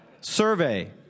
Survey